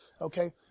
okay